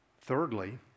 Thirdly